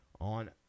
on